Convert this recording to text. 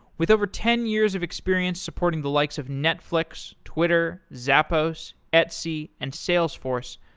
with over ten years of experience supporting the likes of netflix, twitter, zappos, etsy, and salesforce,